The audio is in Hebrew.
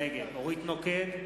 נגד אורית נוקד,